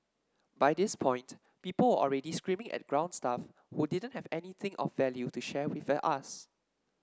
by this point people were already screaming at ground staff who didn't have anything of value to share us